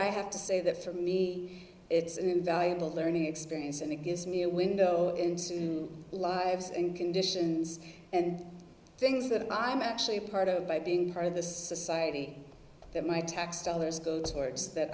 i have to say that for me it's an invaluable learning experience and it gives me a window into lives and conditions and things that i am actually a part of by being part of the society that my tax dollars go towards that